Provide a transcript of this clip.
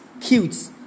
cute